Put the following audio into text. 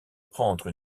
prendre